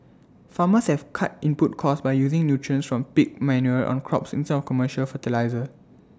farmers have cut input costs by using nutrients from pig manure on crops in tell commercial fertiliser